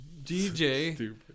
DJ